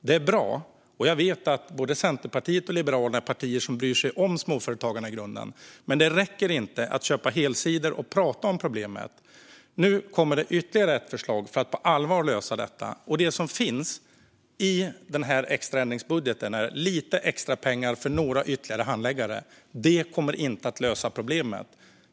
Det är bra, och jag vet att både Centerpartiet och Liberalerna är partier som i grunden bryr sig om småföretagarna, men det räcker inte att köpa helsidor och prata om problemet. Nu kommer ytterligare ett förslag för att på allvar lösa detta. Det som finns i den här extra ändringsbudgeten är lite extra pengar för några ytterligare handläggare. Det kommer inte att lösa problemet.